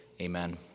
amen